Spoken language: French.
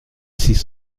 six